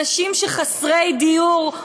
אנשים חסרי דיור,